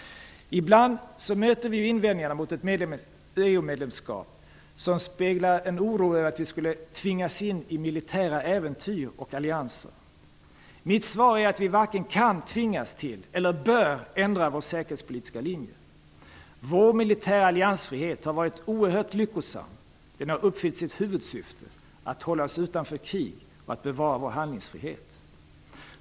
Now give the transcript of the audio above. Ibland möter vi invändningar mot ett EU medlemskap som speglar en oro över att vi skulle tvingas in i militära äventyr och allianser. Mitt svar är att vi varken kan tvingas till att eller bör ändra vår säkerhetspolitiska linje. Vår militära alliansfrihet har varit oerhört lyckosam. Den har uppfyllt sitt huvudsyfte: att hålla oss utanför krig och bevara vår handlingsfrihet.